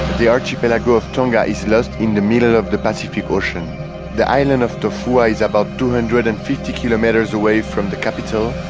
the archipelago of tonga is lost in the middle of the pacific ocean the island of tofua is about two hundred and fifty kilometers away from the capital,